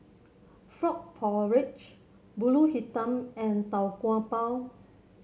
Frog Porridge pulut hitam and Tau Kwa Pau